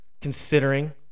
Considering